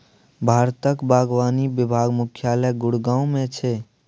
भारतक बागवानी विभाग मुख्यालय गुड़गॉव मे छै